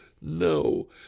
No